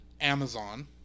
Amazon